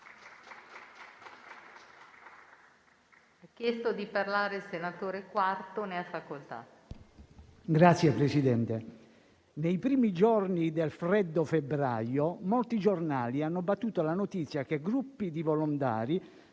Signor Presidente, nei primi giorni del freddo febbraio molti giornali hanno battuto la notizia che gruppi di volontari